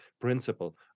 principle